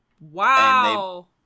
Wow